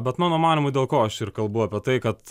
bet mano manymu dėl ko aš ir kalbu apie tai kad